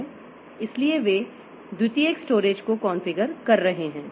इसलिए वे द्वितीयक स्टोरेज को कॉन्फ़िगर कर रहे हैं